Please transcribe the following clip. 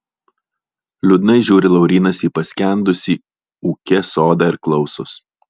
liūdnai žiūri laurynas į paskendusį ūke sodą ir klausos